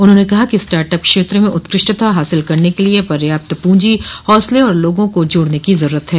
उन्होंने कहा कि स्टार्टअप क्षेत्र में उत्कृष्टता हासिल करने के लिए पर्याप्त पूंजी हौसले और लोगों को जोड़ने की जरूरत है